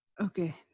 okay